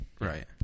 Right